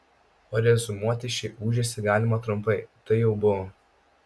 o reziumuoti šį ūžesį galima trumpai tai jau buvo